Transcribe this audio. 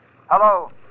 Hello